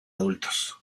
adultos